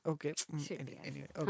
Okay